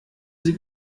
sie